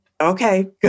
Okay